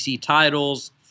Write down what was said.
titles